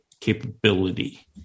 capability